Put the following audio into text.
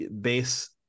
base